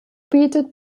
bietet